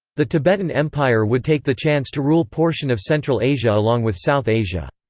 the tibetan empire would take the chance to rule portion of central asia along with south asia.